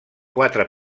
quatre